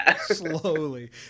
slowly